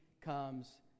comes